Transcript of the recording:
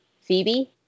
Phoebe